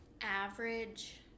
average